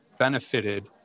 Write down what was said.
benefited